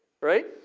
Right